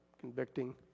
convicting